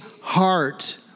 heart